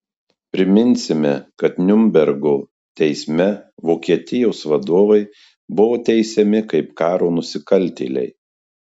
priminsime kad niurnbergo teisme vokietijos vadovai buvo teisiami kaip karo nusikaltėliai